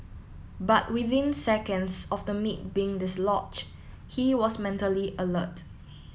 but within seconds of the meat being dislodge he was mentally alert